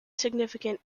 significant